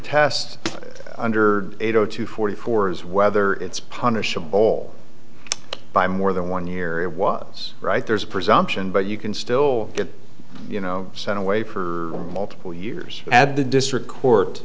test under eight zero to forty four is whether it's all by more than one year it was right there's a presumption but you can still get you know sent away for multiple years at the district court